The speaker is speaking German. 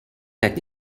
trägt